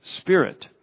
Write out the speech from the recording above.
Spirit